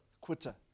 quitter